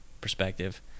perspective